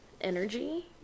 energy